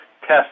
test